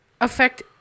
affect